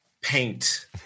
paint